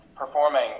Performing